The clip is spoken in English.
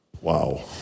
Wow